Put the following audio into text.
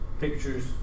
pictures